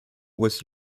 was